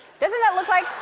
doesn't that look like,